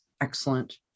Excellent